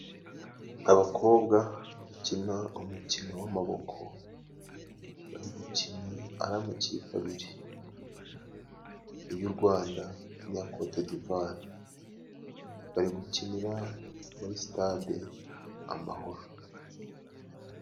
Abakobwa bakina umukino w'amaboko bari gukina ari amakipe abiri: iy'u Rwanda n'iya Kotedivuwari, bari gukinira muri stade Amahoro.